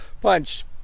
Punch